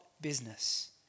business